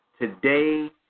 Today